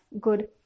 good